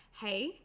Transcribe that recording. hey